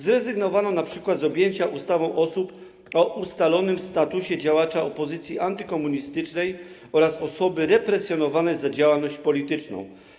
Zrezygnowano np. z objęcia ustawą osób o ustalonym statusie działacza opozycji antykomunistycznej oraz osoby represjonowanej za działalność polityczną.